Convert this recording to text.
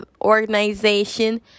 Organization